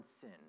sin